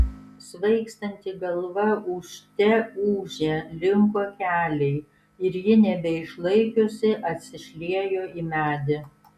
svaigstanti galva ūžte ūžė linko keliai ir ji nebeišlaikiusi atsišliejo į medį